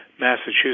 Massachusetts